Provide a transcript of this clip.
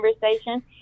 conversation